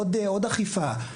עוד אכיפה,